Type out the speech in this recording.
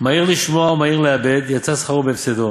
מהיר לשמוע ומהיר לאבד, יצא שכרו בהפסדו,